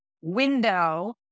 window